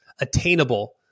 attainable